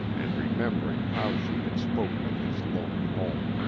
and remembering how she had spoken of his lonely home,